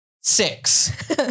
six